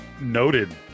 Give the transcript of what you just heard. Noted